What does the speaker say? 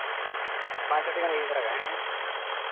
ᱯᱟᱸᱪ ᱪᱷᱚᱴᱤ ᱜᱟᱱ ᱞᱤᱧ ᱤᱫᱤ ᱛᱚᱨᱟ ᱠᱟᱜᱼᱟ ᱦᱮᱸ